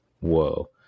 whoa